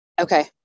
Okay